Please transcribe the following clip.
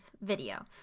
video